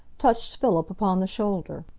touched philip upon the shoulder.